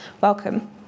welcome